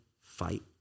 fight